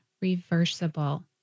reversible